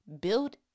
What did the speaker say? Build